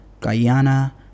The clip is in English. Guyana